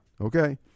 Okay